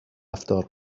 رفتار